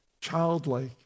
childlike